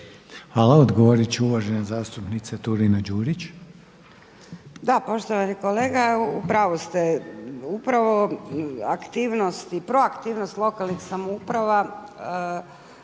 Hvala. Odgovorit će uvažena zastupnica Turina-Đurić. **Turina-Đurić, Nada (HNS)** Da poštovani kolega upravu ste. Upravo aktivnost i proaktivnost lokalnih samouprava